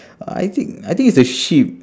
I think I think it's the sheep